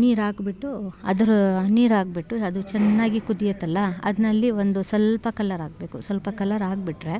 ನೀರು ಹಾಕ್ಬಿಟ್ಟು ಅದ್ರ ನೀರು ಹಾಕ್ಬಿಟ್ಟು ಅದು ಚೆನ್ನಾಗಿ ಕುದಿಯುತ್ತಲ್ಲ ಅದ್ರಲ್ಲಿ ಒಂದು ಸ್ವಲ್ಪ ಕಲರ್ ಹಾಕ್ಬೇಕು ಸ್ವಲ್ಪ ಕಲರ್ ಹಾಕ್ಬಿಟ್ರೆ